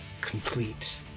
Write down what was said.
complete